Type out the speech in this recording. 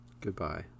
Goodbye